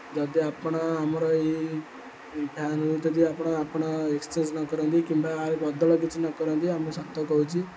ଯଦି ଆପଣ ଆମର ଏହି ଫ୍ୟାନ୍ ଯଦି ଆପଣ ଆପଣ ଏକ୍ସଚେଞ୍ଜ୍ ନ କରନ୍ତି କିମ୍ବା ଆଉ ବଦଳ କିଛି ନ କରନ୍ତି ମୁଁ ସତ କହୁଛି